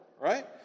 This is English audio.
right